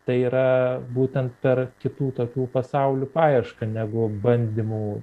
tai yra būtent per kitų tokių pasaulių paiešką negu bandymų